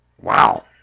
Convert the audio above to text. Wow